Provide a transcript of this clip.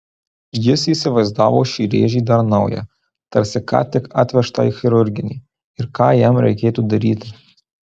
jis įsivaizdavo šį rėžį dar naują tarsi ką tik atvežtą į chirurginį ir ką jam reikėtų daryti